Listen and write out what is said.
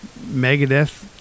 Megadeth